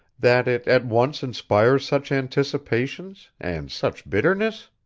that it at once inspires such anticipations and such bitterness?